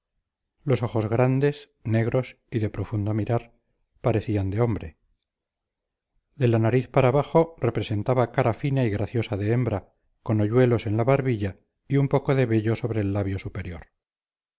los ojos grandes negros y de profundo mirar parecían de hombre de la nariz para abajo representaba cara fina y graciosa de hembra con hoyuelos en la barbilla y un poco de vello sobre el labio superior